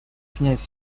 князь